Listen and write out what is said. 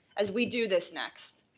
as we do this next,